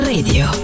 Radio